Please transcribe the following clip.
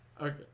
Okay